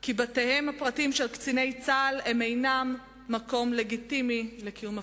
כי בתיהם הפרטיים של קציני צה"ל אינם מקום לגיטימי לקיום הפגנות.